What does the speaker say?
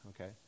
Okay